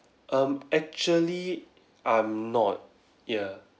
um actually I'm not ya